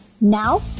Now